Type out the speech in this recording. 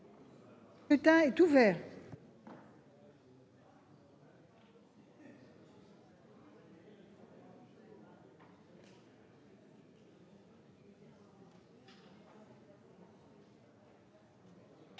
Le scrutin est ouvert.